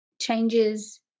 changes